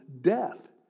death